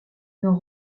nord